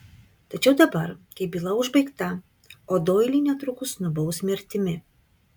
tačiau dabar kai byla užbaigta o doilį netrukus nubaus mirtimi